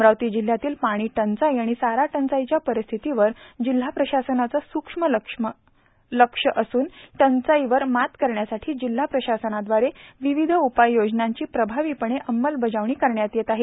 अमरावती जिल्ह्यातील पाणी टंचाई आणि चारा टंचाईच्या परिस्थितीवर जिल्हा प्रशासनाच सुक्ष्म लक्ष असून टंचाईवर मात करण्यासाठी जिल्हा प्रशासनाव्दारे विविध उपाययोजनांची प्रभावीपणे अमलबजावणी करण्यात येत आहे